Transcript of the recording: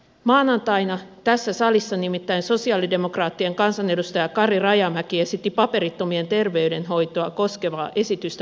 maanantaina tässä salissa nimittäin sosialidemokraattien kansanedustaja kari rajamäki esitti paperittomien terveydenhoitoa koskevaa esitystä pöydälle